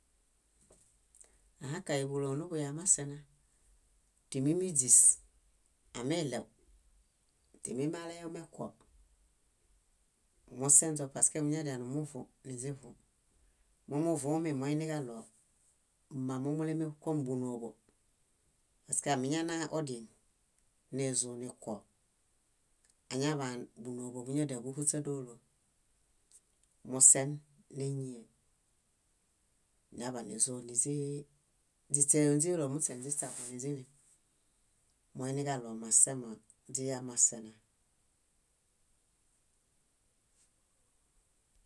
. Ahãkay búloo nuḃuyamasena. Tímimiźis, amiɭew, tímimi aleyomekuwo, musenźo paske muñadianumuvũ niźivũ. Mumuvumi moiniġaɭo mamomulemu kom búnooḃom paske amiñana odieŋ, nizũ nikuwo añaḃaan búnooḃoḃuñadiaḃuhuśadoolo. Mosen néñie, áñaḃanizoniźii, źiśe ónźilo niźiśaboniźilim. Moiniġaɭo masema źiyamasena.